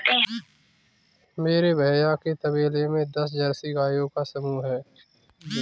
मेरे भैया के तबेले में दस जर्सी गायों का समूह हैं